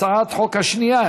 הצעת החוק השנייה,